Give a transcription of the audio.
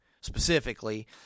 specifically